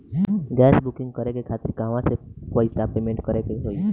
Gas booking करे के खातिर कहवा से पैसा पेमेंट करे के होई?